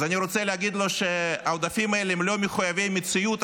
אז אני רוצה להגיד לו שהעודפים האלה הם לא מחויבי מציאות,